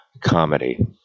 comedy